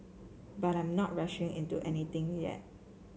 but I'm not rushing into anything yet